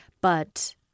But-